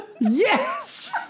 Yes